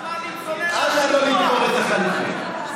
עוד לא לתפור את החליפות.